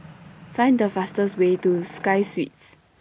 Find The fastest Way to Sky Suites